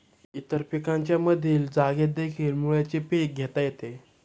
इतर पिकांच्या मधील जागेतदेखील मुळ्याचे पीक घेता येते